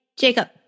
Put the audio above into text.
Jacob